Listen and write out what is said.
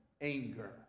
anger